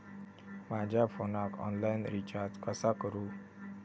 माझ्या फोनाक online recharge कसा करू?